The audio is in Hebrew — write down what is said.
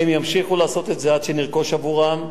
הם ימשיכו לעשות את זה עד שנרכוש עבורם,